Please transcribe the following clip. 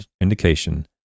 indication